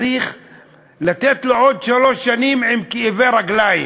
צריך לתת לו עוד שלוש שנים עם כאבי רגליים.